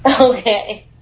Okay